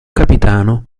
capitano